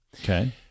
Okay